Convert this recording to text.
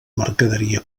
mercaderia